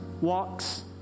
walks